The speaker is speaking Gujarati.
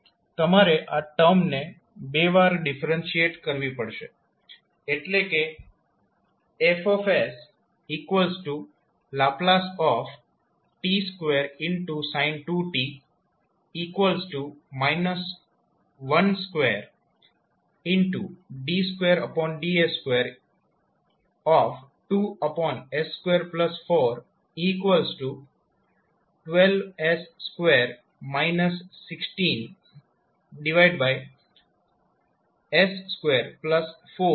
તમારે આ ટર્મને બે વાર ડિફરેન્શીએટ કરવી પડશે એટલે કે Fℒ t2sin 2t 2d2ds22s2412s2 16s243